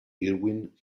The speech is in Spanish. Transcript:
irwin